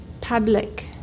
public